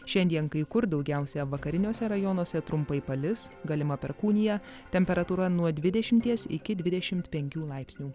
šiandien kai kur daugiausia vakariniuose rajonuose trumpai palis galima perkūnija temperatūra nuo dvidešimties iki dvidešimt pekių laipsnių